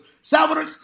Salvador